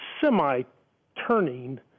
semi-turning